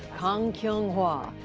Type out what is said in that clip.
kang kyung-wha.